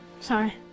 sorry